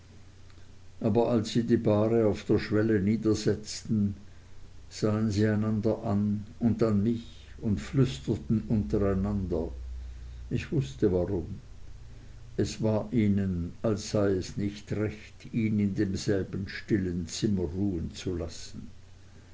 aber als sie die bahre auf der schwelle niedersetzten sahen sie einander an und dann mich und flüsterten untereinander ich wußte warum es war ihnen als sei es nicht recht ihn in demselben stillen zimmer ruhen zu lassen